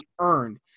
earned